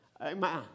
Amen